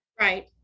Right